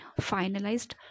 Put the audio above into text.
finalized